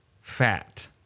fat